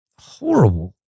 horrible